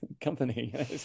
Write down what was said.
company